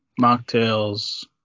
mocktails